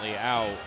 out